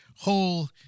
whole